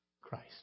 Christ